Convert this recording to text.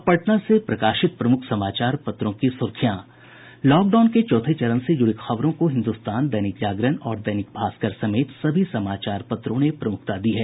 अब पटना से प्रकाशित प्रमुख समाचार पत्रों की सुर्खियां लॉकडाउन के चौथे चरण से जुड़ी खबरों को हिन्दुस्तान दैनिक जागरण और दैनिक भास्कर समेत सभी समाचार पत्रों ने प्रमुखता दी है